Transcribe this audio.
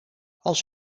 als